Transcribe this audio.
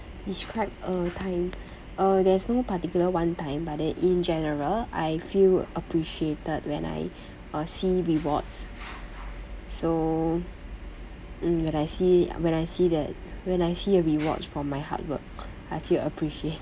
describe a time uh there's no particular one time but then in general I feel appreciated when I uh see rewards so mm when I see when I see that when I see a rewards for my hard work I feel appreciated